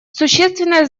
существенное